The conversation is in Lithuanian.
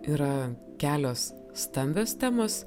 yra kelios stambios temos